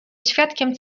świadkiem